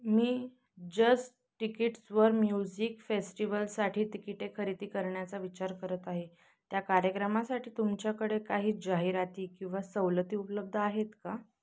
मी just तिकीट्सवर music फेस्टिवलसाठी तिकिटे खरेदी करण्याचा विचार करत आहे त्या कार्यक्रमासाठी तुमच्याकडे काही जाहिराती किंवा सवलती उपलब्ध आहेत का